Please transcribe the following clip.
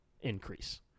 increase